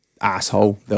asshole